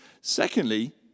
Secondly